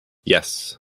yes